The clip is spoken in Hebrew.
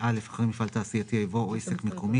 אחרי "חברה" יבוא "בעל עסק או עצמאי".